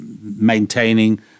maintaining